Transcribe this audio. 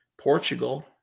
Portugal